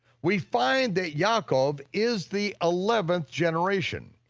we find that yaakov is the eleventh generation,